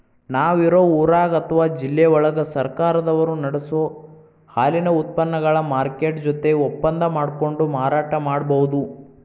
ನಾವ್ ಇರೋ ಊರಾಗ ಅತ್ವಾ ಜಿಲ್ಲೆವಳಗ ಸರ್ಕಾರದವರು ನಡಸೋ ಹಾಲಿನ ಉತ್ಪನಗಳ ಮಾರ್ಕೆಟ್ ಜೊತೆ ಒಪ್ಪಂದಾ ಮಾಡ್ಕೊಂಡು ಮಾರಾಟ ಮಾಡ್ಬಹುದು